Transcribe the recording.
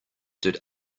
did